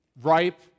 ripe